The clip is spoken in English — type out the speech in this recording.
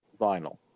vinyl